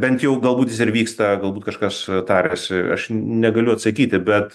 bent jau galbūt jis dar vyksta galbūt kažkas tariasi aš negaliu atsakyti bet